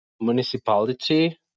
municipality